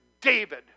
David